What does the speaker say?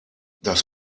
das